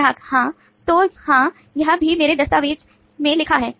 ग्राहक हाँ तो हाँ यह भी मेरे दस्तावेज़ में लिखा है